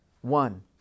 one